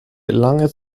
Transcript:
lange